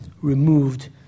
removed